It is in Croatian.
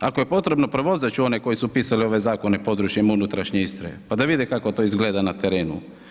Ako je potrebno, prozvat ću one koji su pisali ove zakone područjem unutrašnje Istre pa da vide kako to izgleda na terenu.